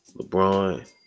LeBron